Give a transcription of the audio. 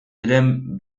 diren